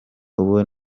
ubu